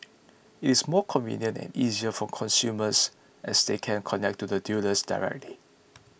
it is more convenient and easier for consumers as they can connect to the dealers directly